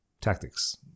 tactics